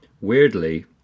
weirdly